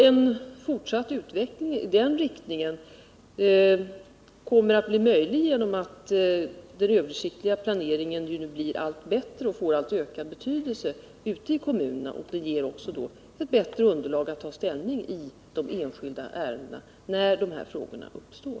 En fortsatt utveckling i den riktningen kommer att bli möjlig genom att den översiktliga planeringen blir allt bättre och får alltmer ökad betydelse ute i kommunerna. Det ger också ett bättre underlag för att ta ställning i de enskilda ärendena, när dessa problem uppstår.